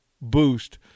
boost